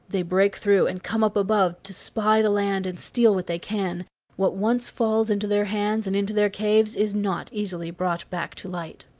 they break through and come up above to spy the land and steal what they can what once falls into their hands and into their caves is not easily brought back to light.